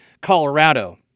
Colorado